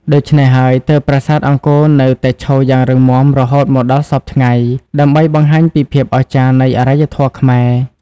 ដូច្នេះហើយ ទើបប្រាសាទអង្គរនៅតែឈរយ៉ាងរឹងមាំរហូតមកដល់សព្វថ្ងៃ ដើម្បីបង្ហាញពីភាពអស្ចារ្យនៃអរិយធម៌ខ្មែរ។